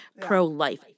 pro-life